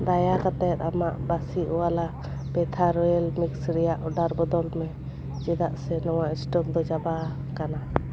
ᱫᱟᱭᱟ ᱠᱟᱛᱮᱫ ᱟᱢᱟᱜ ᱵᱟᱥᱤᱳᱣᱟᱞᱟ ᱯᱚᱛᱷᱟ ᱨᱩᱣᱮᱞ ᱯᱞᱤᱠᱥ ᱨᱮᱭᱟᱜ ᱚᱰᱟᱨ ᱵᱚᱫᱚᱞ ᱢᱮ ᱪᱮᱫᱟᱜ ᱥᱮ ᱱᱚᱶᱟ ᱥᱴᱚᱠ ᱫᱚ ᱪᱟᱵᱟ ᱠᱟᱱᱟ